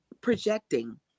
projecting